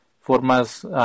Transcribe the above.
formas